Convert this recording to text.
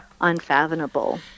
unfathomable